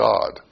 God